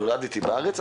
נולדתי בארץ,